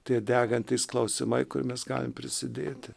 tie degantys klausimai kur mes galim prisidėti